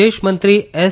વિદેશમંત્રી એસ